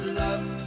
love